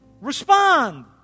Respond